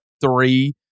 three